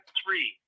three